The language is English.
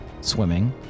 swimming